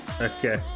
okay